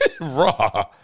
Raw